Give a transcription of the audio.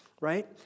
right